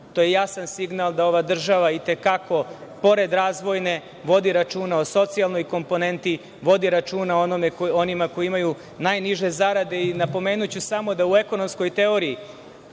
to je jasan signal da ova država, i te kako, pored razvojne vodi računa o socijalnoj komponenti, vodi računa o onima koji imaju najniže zarade. Napomenuću samo da u ekonomskoj teoriji,